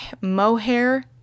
mohair